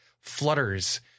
flutters